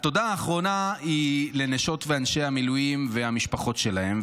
התודה האחרונה היא לנשות ואנשי המילואים והמשפחות שלהם.